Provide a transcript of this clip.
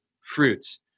fruits